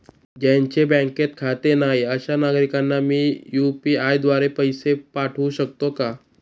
ज्यांचे बँकेत खाते नाही अशा नागरीकांना मी यू.पी.आय द्वारे पैसे पाठवू शकतो का?